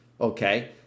okay